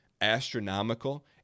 astronomical